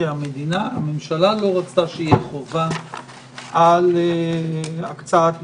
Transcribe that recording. כי הממשלה לא רצתה שתהיה חובה על הקצאת מלגות.